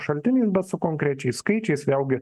šaltiniais bet su konkrečiais skaičiais vėlgi